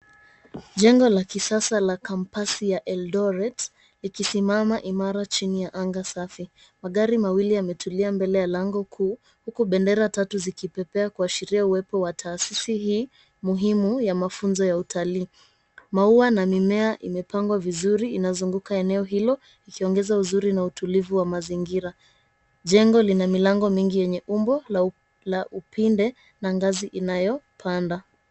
Jengo la kisasa la kampasi ya eldoret likisimama imara chini ya anga safi. Magari mawili yametulia mbele ya lango kuu, huku bendera tatu zikipepea kuashiria uwepo wa taasisi hii muhimu ya mafunzo ya utalii. Maua na mimea imepangwa vizuri inazunguka eneo hilo ikiongeza utulivu wa mazingira. Jengo lina milango mingi yenye umbo la upinde na ngazi inayopanda.